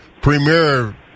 Premier